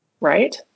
Right